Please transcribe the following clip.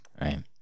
Right